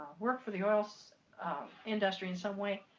worked for the oil so um industry in some way,